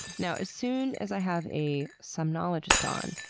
now, as soon as i have a somnologist on,